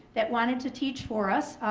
that wanted to teach for us,